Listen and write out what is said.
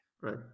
Right